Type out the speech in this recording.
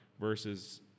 versus